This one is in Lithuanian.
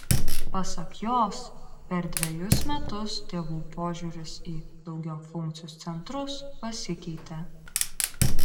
pasak jos per dvejus metus tėvų požiūris į daugiafunkcius centrus pasikeitė